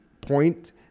point